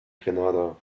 grenada